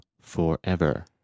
forever